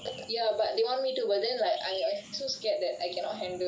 ya but they want me to but then I I so scared that I cannot handle